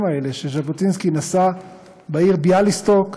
האלה של ז'בוטינסקי בעיר ביאליסטוק,